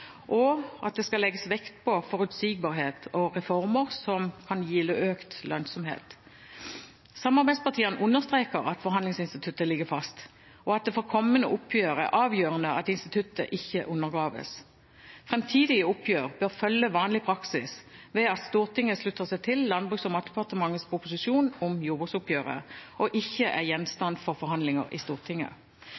og at det skal legges vekt på forutsigbarhet og reformer som kan gi økt lønnsomhet. Samarbeidspartiene understreker at forhandlingsinstituttet ligger fast, og at det for kommende oppgjør er avgjørende at instituttet ikke undergraves. Framtidige oppgjør bør følge vanlig praksis ved at Stortinget slutter seg til Landbruks- og matdepartementets proposisjon om jordbruksoppgjøret, og at det ikke er